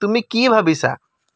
তুমি কি ভাবিছা